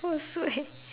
worse way